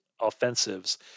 offensives